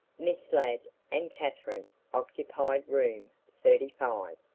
miss ladd and katherine occupied room thirty five.